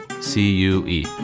C-U-E